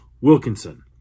Wilkinson